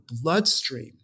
bloodstream